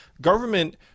government